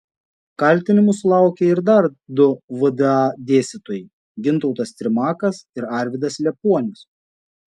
kaltinimų sulaukė ir dar du vda dėstytojai gintautas trimakas ir arvydas liepuonius